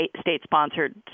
state-sponsored